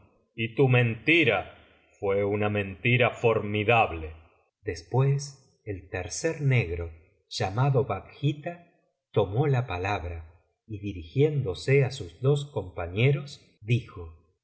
y tu mentira fué una mentira formidable después el tercer negro llamado bakhita tomó la palabra y dirigiéndose á sus dos compañeros dijo